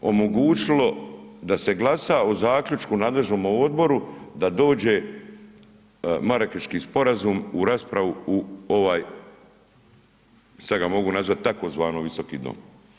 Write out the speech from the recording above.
omogućilo da se glasa o zaključku u nadležnome odboru da dođe Marakeški sporazum u raspravu u ovaj, sad ga mogu nazvati tzv. Visoki dom.